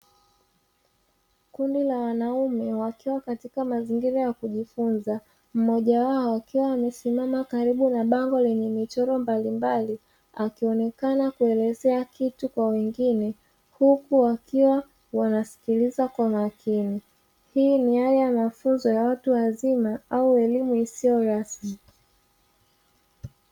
Kundi la wanaume wakiwa katika mazingira ya kujifunza, mmoja wao akiwa amesimama karibu na bango lenye michoro mbalimbali akionekana kuelezea kitu kwa wengine huku wakiwa wanasikiliza kwa makini, hii ni yale ya mafunzo ya watu wazima au elimu isiyo rasmi.